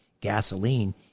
gasoline